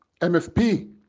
MFP